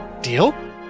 Deal